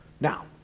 Now